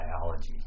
biology